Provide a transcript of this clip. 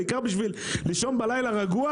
העיקר בשביל לישון רגוע בלילה?